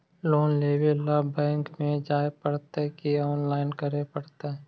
Loan लेवे ल bank में जाय पड़तै कि औनलाइन करे पड़तै?